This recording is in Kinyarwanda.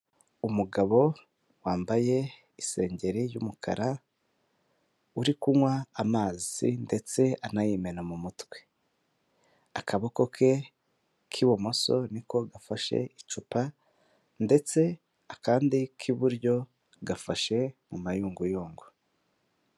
Umugabo wambaye isengeri y'umukara uri kunywa amazi ndetse anayimena mu mutwe, akaboko ke k'ibumoso niko gafashe icupa ndetse akandi k'iburyo gafashe mu mayunguyungu.